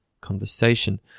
conversation